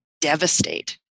Devastate